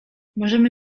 możemy